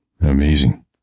amazing